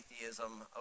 atheism